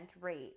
rate